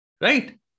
right